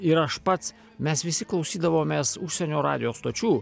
ir aš pats mes visi klausydavomės užsienio radijo stočių